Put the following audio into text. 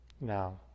now